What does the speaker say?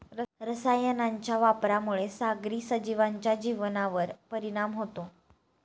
रसायनांच्या वापरामुळे सागरी सजीवांच्या जीवनावर परिणाम होतो